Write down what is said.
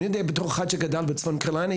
אני יודע בתור אחד שגדל בצפון קרוליינה,